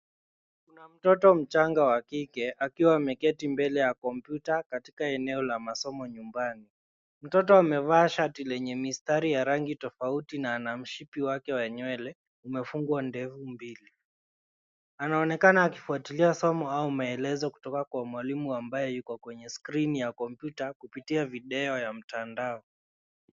Kuna mtoto mchanga wa kike akiwa ameketi mbele ya kompyuta katika eneo la masomo nyumbani. Mtoto amevaa shati lenye mistari ya rangi tofauti na ana mshipi wake wa nywele umefungwa ndevu mbili. Anaonekana akifuatilia somo au maelezo kutoka kwa mwalimu ambaye yuko kwenye skrini ya kompyuta kupitia video ya mtandao.